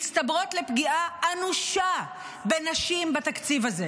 מצטברות לפגיעה אנושה בנשים בתקציב הזה.